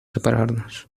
separarnos